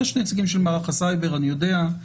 יש נציגים של מערך הסייבר, אני יודע,